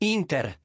Inter